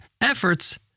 efforts